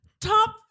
top